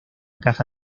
caja